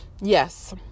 Yes